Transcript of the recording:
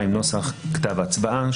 נוסח כתב הצבעה.